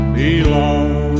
belong